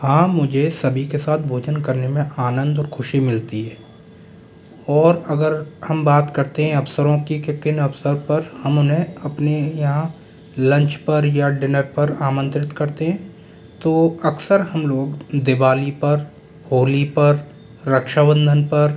हाँ मुझे सभी के साथ भोजन करने में आनंद और खुशी मिलती है और अगर हम बात करते हैं अवसरों की कि किन अवसर पर हम उन्हें अपनी यहाँ लंच पर या डिनर पर आमंत्रित करते हैं तो अक्सर हम लोग दिवाली पर होली पर रक्षाबंधन पर